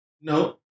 no